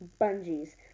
bungees